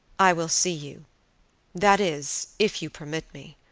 i will see you that is, if you permit me